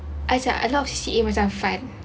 ajak a lot of C_C_A macam fun